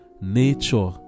nature